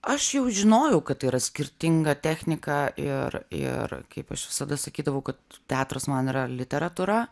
aš jau žinojau kad tai yra skirtinga technika ir ir kaip aš visada sakydavau kad teatras man yra literatūra